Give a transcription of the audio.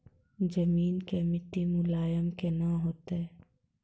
जमीन के मिट्टी मुलायम केना होतै?